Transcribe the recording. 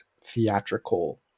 theatrical